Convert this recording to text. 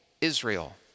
Israel